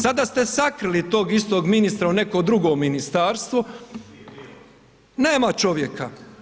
Sada ste sakrili tog istog ministra u neko drugo ministarstvo, nema čovjeka.